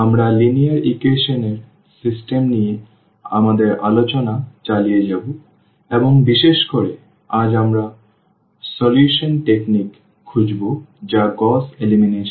আমরা linear equation এর system নিয়ে আমাদের আলোচনা চালিয়ে যাব এবং বিশেষ করে আজ আমরা সমাধান কৌশল খুঁজব যা গউস এলিমিনেশন পদ্ধতি